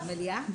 למליאה?